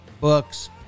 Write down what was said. books